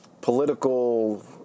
political